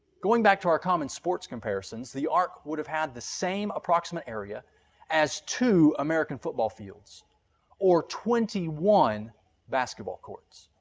going back to our common sports comparisons, the ark would have had the same approximate area as two american football fields or twenty one basketball courts.